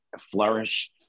flourish